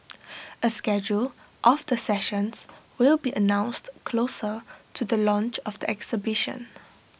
A schedule of the sessions will be announced closer to the launch of the exhibition